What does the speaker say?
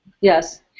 Yes